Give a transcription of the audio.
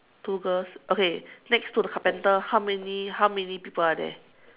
two girls okay next to the carpenter how many how many people are there